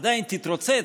עדיין תתרוצץ,